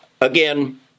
again